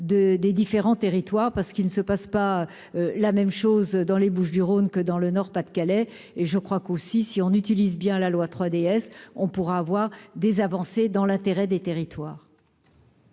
des différents territoires, parce qu'il ne se passe pas la même chose dans les Bouches-du-Rhône et dans le Nord ou le Pas-de-Calais. Si l'on utilise bien la loi 3DS, on pourra enregistrer des avancées, dans l'intérêt des territoires.